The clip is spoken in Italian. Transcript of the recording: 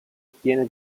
ottiene